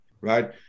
right